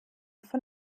von